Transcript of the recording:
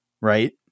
right